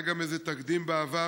היה גם תקדים בעבר,